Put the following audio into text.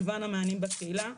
ואת מגוון המענים בקהילה,